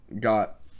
got